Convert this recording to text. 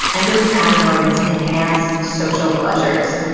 endocannabinoids enhance social pleasures,